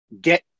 get –